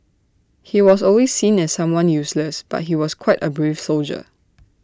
he was always seen as someone useless but he was quite A brave soldier